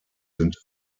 sind